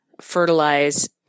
fertilize